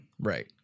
Right